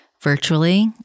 virtually